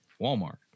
Walmart